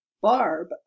Barb